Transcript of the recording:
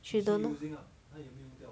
she don't know